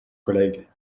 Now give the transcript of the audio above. collègue